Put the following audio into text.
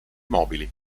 mobili